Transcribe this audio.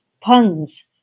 puns